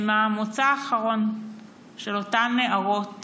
הם המוצא האחרון של אותן נערות